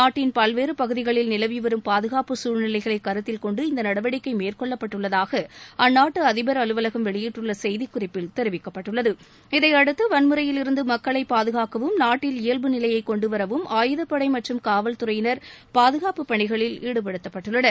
நாட்டின் பல்வேறு பகுதிகளில் நிலவி வரும் பாதுகாப்பு சூழ்நிலைகளை கருத்தில் கொண்டு இந்த நடவடிக்கை மேற்கொள்ளப்பட்டுள்ளதாக குறிப்பில் தெரிவிக்கப்பட்டுள்ளது இதையடுத்து வன்முறையில் இருந்து மக்களை பாதுகாக்கவும் நாட்டில் இயல்பு நிலையை கொண்டு வரவும் ஆயுதப்படை மற்றும் காவல்துறையினர் பாதுகாப்பு பணிகளில் ஈடுபடுத்தப்பட்டுள்ளனர்